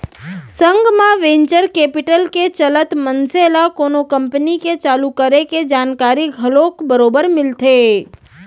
संग म venture capital के चलत मनसे ल कोनो कंपनी के चालू करे के जानकारी घलोक बरोबर मिलथे